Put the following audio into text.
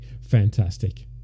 fantastic